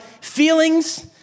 feelings